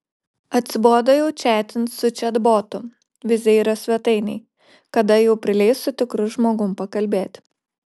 atsibodo jau čatint su čatbotu wizzairo svetainėj kada jau prileis su tikru žmogum pakalbėt